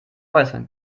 äußern